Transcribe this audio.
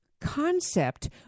concept